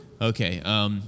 Okay